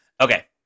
Okay